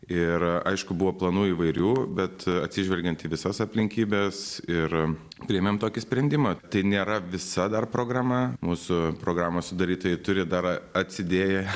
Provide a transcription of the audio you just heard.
ir aišku buvo planų įvairių bet atsižvelgiant į visas aplinkybes ir priėmėm tokį sprendimą tai nėra visa dar programa mūsų programos sudarytojai turi dar atsidėję